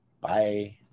Bye